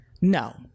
No